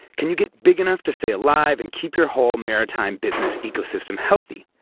can you get big enough to stay alive and keep your whole maritime business ecosystem healthy?